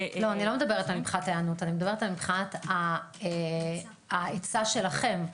אני לא מדברת מבחינת היענות אלא מבחינת ההיצע שלכם.